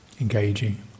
engaging